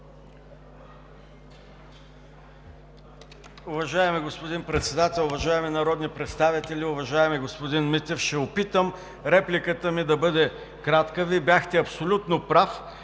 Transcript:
Уважаеми господин Председател, уважаеми народни представители, уважаеми господин Митев! Ще се опитам репликата ми да бъде кратка. Вие бяхте абсолютно прав,